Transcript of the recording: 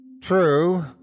True